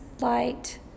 light